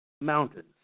mountains